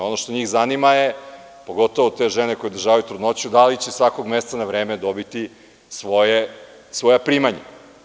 Ono što njih zanima je, pogotovo te žene koje održavaju trudnoću, da li će svakog meseca na vreme dobiti svoja primanja.